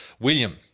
William